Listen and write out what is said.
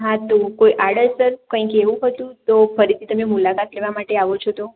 હા તો કોઈ આડ અસર કંઈક એવું હતું તો ફરીથી તમે મુલાકાત લેવા માટે આવો છો તો